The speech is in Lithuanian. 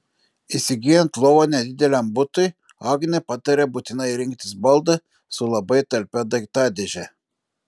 įsigyjant lovą nedideliam butui agnė pataria būtinai rinktis baldą su labai talpia daiktadėže